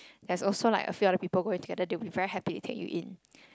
there's also like a few other people who go together they will be very happy to take you in